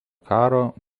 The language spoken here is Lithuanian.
karo